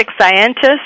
scientist